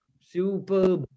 Super